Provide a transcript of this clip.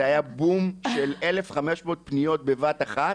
זה היה בום של 1,500 פניות בבת אחת.